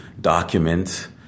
document